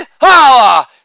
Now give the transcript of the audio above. Holla